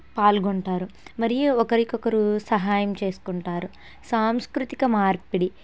పాల్గొంటారు మరియు ఒకరికొకరు సహాయం చేసుకుంటారు సాంస్కృతిక మార్పిడి